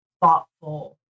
thoughtful